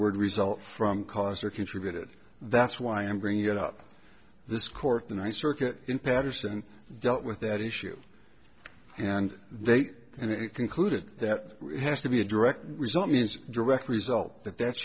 word result from cause or contribute it that's why i am bringing it up this court and i circuit in paterson dealt with that issue and they and it concluded that it has to be a direct result means direct result that that's